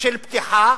של פתיחה,